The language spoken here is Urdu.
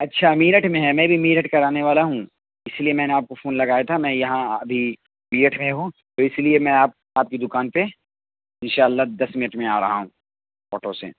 اچھا میرٹھ میں ہے میں بھی میرٹھ رہنے والا ہوں اس لیے میں نے آپ کو فون لگایا تھا میں یہاں ابھی میرٹھ میں ہوں تو اس لیے میں آپ آپ کی دکان پہ ان شاء اللہ دس منٹ میں آ رہا ہوں آٹو سے